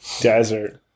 desert